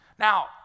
Now